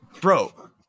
Bro